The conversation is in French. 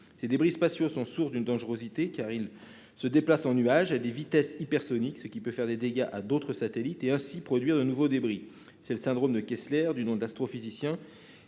Ces débris spatiaux sont source de dangerosité, car ils se déplacent en nuages à des vitesses hypersoniques, ce qui peut causer des dégâts à d'autres satellites et, ainsi, produire de nouveaux débris. C'est le syndrome de Kessler, du nom de l'astrophysicien